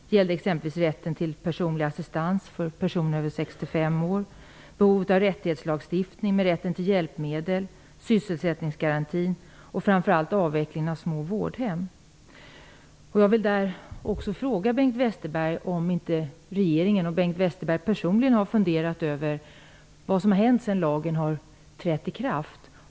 Det gällde exempelvis rätten till personlig assistans för personer över 65 år, behovet av rättighetslagstiftning för rätt till hjälpmedel, sysselsättningsgarantin och framför allt avvecklingen av små vårdhem. Jag vill fråga Bengt Westerberg om inte regeringen och Bengt Westerberg personligen har funderat över vad som har hänt sedan lagen trädde i kraft.